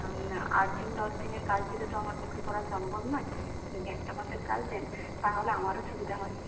কারণ আটদিন দশদিনের কাজ দিলে তো আমার পক্ষে করা সম্ভব নয় যদি একটা মাসের কাজ দেন তাহলে আমারও সুবিধা হয়